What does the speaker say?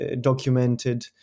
documented